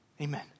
Amen